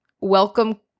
welcome